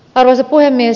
arvoisa puhemies